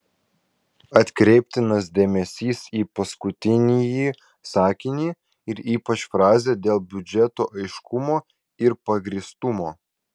atkreiptinas dėmesys į paskutinįjį sakinį ir ypač frazę dėl biudžeto aiškumo ir pagrįstumo